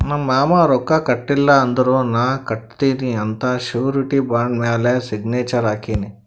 ನಮ್ ಮಾಮಾ ರೊಕ್ಕಾ ಕೊಟ್ಟಿಲ್ಲ ಅಂದುರ್ ನಾ ಕಟ್ಟತ್ತಿನಿ ಅಂತ್ ಶುರಿಟಿ ಬಾಂಡ್ ಮ್ಯಾಲ ಸಿಗ್ನೇಚರ್ ಹಾಕಿನಿ